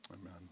amen